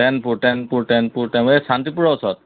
টেনপুৰ টেনপুৰ টেনপুৰ টেম এই শান্তিপুৰৰ ওচৰত